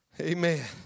Amen